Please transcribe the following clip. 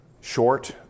short